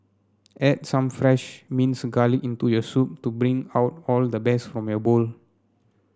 add some fresh minced garlic into your soup to bring out all the best from your bowl